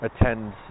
attend